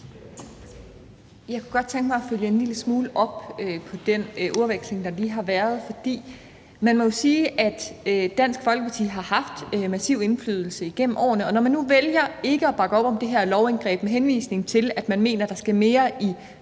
Jeg kunne godt tænke mig at følge en lille smule op på den ordveksling, der lige har været. For man må jo sige, at Dansk Folkeparti har haft massiv indflydelse igennem årene, og når man nu vælger ikke at bakke op om det her lovindgreb, med henvisning til at man mener, der skal mere i